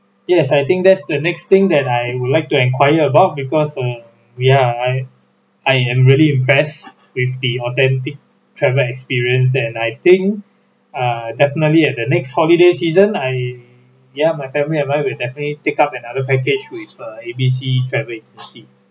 yes I think that's the next thing that I would like to enquire about because err we are I I am really impress with the authentic travel experience and I think uh definitely at the next holiday season I ya my family and I will definitely take up another package which uh A_B_C travel agency